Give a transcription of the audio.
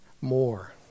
more